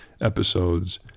episodes